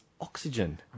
oxygen